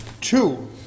Two